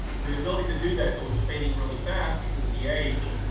the ability to do that though is fading really fast because of the age.